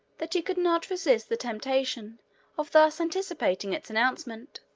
that he could not resist the temptation of thus anticipating its announcement.